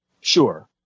Sure